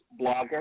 blogger